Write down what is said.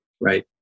right